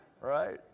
Right